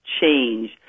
change